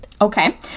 okay